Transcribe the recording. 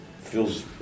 feels